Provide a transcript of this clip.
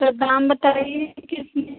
तो दाम बताइए कितने